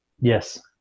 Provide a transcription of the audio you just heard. Yes